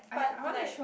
but like